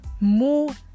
More